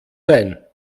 sein